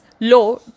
law